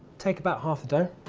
take about half the dough,